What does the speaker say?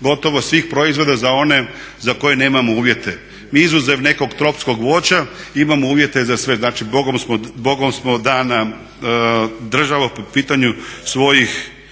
gotovo svih proizvoda za one za koje nemamo uvjete. Izuzev nekog tropskog voća imamo uvjete za sve, znači Bogom smo dana država po pitanju svojih